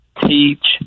teach